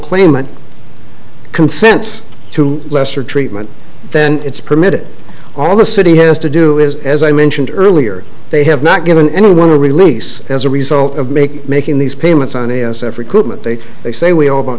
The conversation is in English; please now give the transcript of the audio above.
claimant consents to lesser treatment than it's permitted all the city has to do is as i mentioned earlier they have not given anyone a release as a result of make making these payments on a s f recruitment they they say we all bou